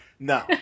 No